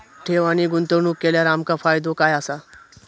ठेव आणि गुंतवणूक केल्यार आमका फायदो काय आसा?